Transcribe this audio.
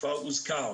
כבר הוזכר